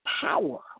power